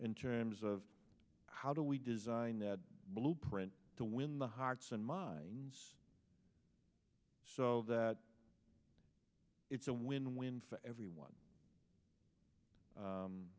in terms of how do we design that blueprint to win the hearts and minds so that it's a win win for everyone